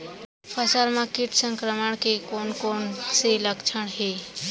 फसल म किट संक्रमण के कोन कोन से लक्षण हे?